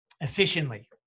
efficiently